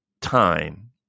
time